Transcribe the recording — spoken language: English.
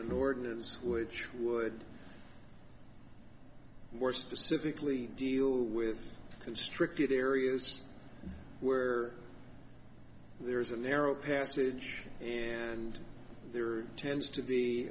the ordinance which would more specifically do you with constricted areas where there is a narrow passage and there tends to be